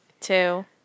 two